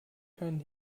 keinen